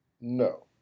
no